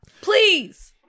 Please